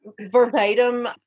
verbatim